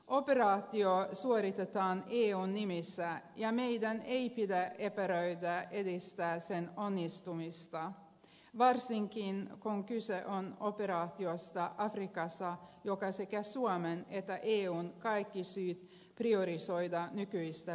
operaatio suoritetaan eun nimissä ja meidän ei pidä epäröidä edistää sen onnistumista varsinkin kun kyse on operaatiosta afrikassa jota sekä suomella että eulla on kaikki syyt priorisoida nykyistä paremmin